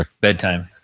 bedtime